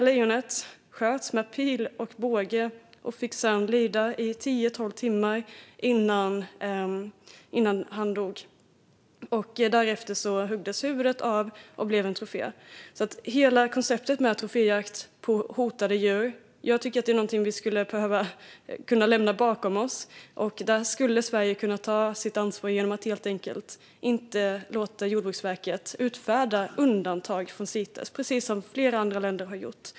Lejonet sköts med pil och båge och fick sedan lida i tio till tolv timmar innan han dog. Därefter höggs huvudet av och blev en trofé. Jag tycker att hela konceptet med troféjakt på utrotningshotade djur är någonting vi skulle behöva lämna bakom oss. Där skulle Sverige kunna ta sitt ansvar genom att helt enkelt inte låta Jordbruksverket utfärda undantag från Cites, precis som flera andra länder har gjort.